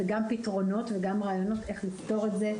יש לנו גם פתרונות וגם רעיונות איך לפתור את זה,